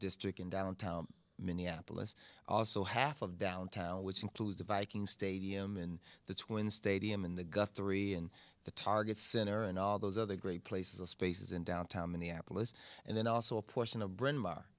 district in downtown minneapolis also half of downtown which includes the viking stadium and that's when stadium in the guthrie and the target center and all those other great places of spaces in downtown minneapolis and then also a portion of bryn mawr